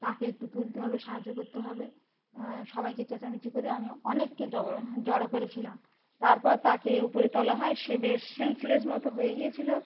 তাকে একটু তুলতে হবে সাহায্য করতে হবে সবাইকে চেঁচামেচি করে আমি অনেককে জগাড় জড়ো করেছিলাম তারপর তাকে উপরে তোলা হয় সে বেশ সেন্সলেস মতো হয়ে গিয়েছিল